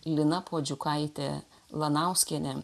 lina puodžiukaitė lanauskienė